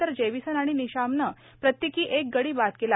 तर जेविसन आणि निशामनं प्रत्येकी एक गडी बाद केला